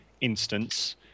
instance